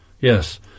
Yes